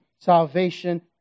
Salvation